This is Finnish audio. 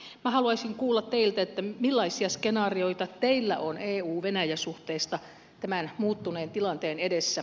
minä haluaisin kuulla teiltä millaisia skenaarioita teillä on euvenäjä suhteista tämän muuttuneen tilanteen edessä